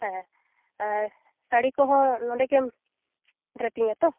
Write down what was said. ᱦᱮᱸ ᱟᱨ ᱥᱟᱹᱲᱤ ᱠᱚᱦᱚᱸ ᱱᱚᱰᱮᱜᱮᱢ ᱰᱨᱮᱯᱤᱝ ᱟᱛᱳ